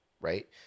right